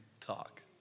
talk